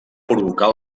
provocar